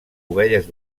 ovelles